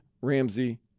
Ramsey